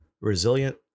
resilient